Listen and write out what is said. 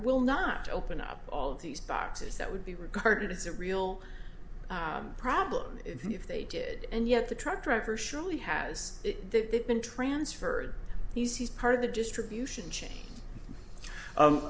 will not open up all of these boxes that would be regarded as a real problem if they did and yet the truck driver surely has been transferred he's he's part of the distribution chain